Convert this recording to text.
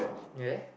ya